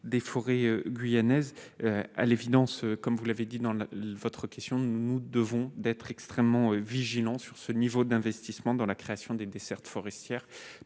des forêts guyanaises à l'évidence, comme vous l'avez dit dans la votre question, nous devons d'être extrêmement vigilants sur ce niveau d'investissements dans la création d'une desserte forestière